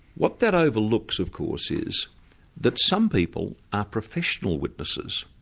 what that overlooks of course is that some people are professional witnesses.